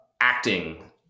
Acting